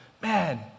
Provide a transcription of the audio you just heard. man